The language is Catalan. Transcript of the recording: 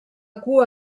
cua